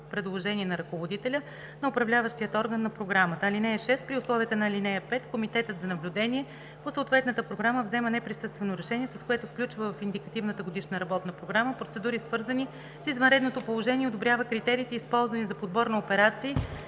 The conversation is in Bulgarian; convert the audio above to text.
предложение на ръководителя на управляващия орган на програмата. (6) При условията на ал. 5, комитетът за наблюдение по съответната програма взема неприсъствено решение, с което включва в индикативната годишна работна програма процедури, свързани с извънредното положение, и одобрява критериите, използвани за подбор на операции,